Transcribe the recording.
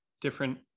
different